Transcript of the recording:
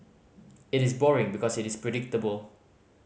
it is boring because it is predictable